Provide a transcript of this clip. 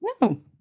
no